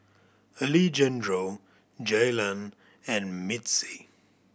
Alejandro Jaylan and Mitzi